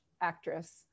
actress